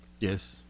Yes